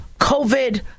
COVID